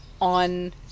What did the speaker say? on